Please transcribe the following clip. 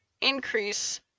increase